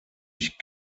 ich